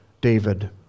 David